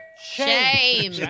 Shame